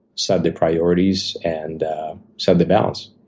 set the priorities, and set the balance.